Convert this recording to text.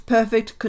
Perfect